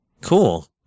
Cool